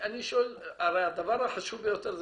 הרי הדבר החשוב ביותר,